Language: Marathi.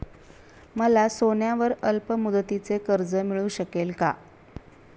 मला सोन्यावर अल्पमुदतीचे कर्ज मिळू शकेल का?